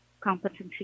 competency